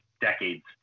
decades